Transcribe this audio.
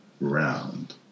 round